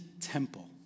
temple